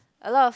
a lot of